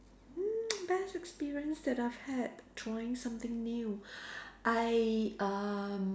mm best experience that I've had trying something new I um